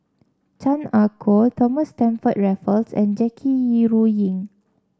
Chan Ah Kow Thomas Stamford Raffles and Jackie Yi Ru Ying